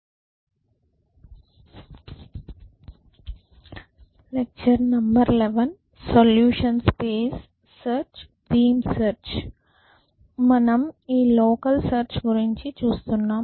solution space search beam search మనం ఈ local search గురించి చూస్తున్నాం